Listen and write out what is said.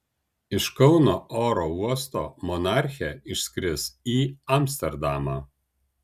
iš kauno oro uosto monarchė išskris į amsterdamą